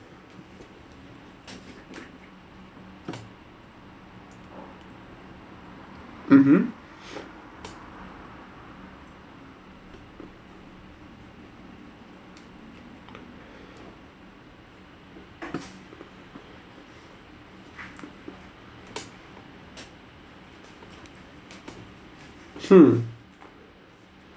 hmm